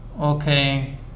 Okay